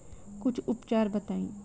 कुछ उपचार बताई?